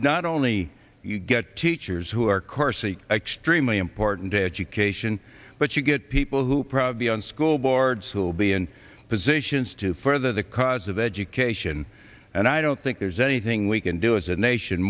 not only you get teachers who are carsey extremely important education but you get people who probably on school boards who be in positions to further the cause of education and i don't think there's anything we can do as a nation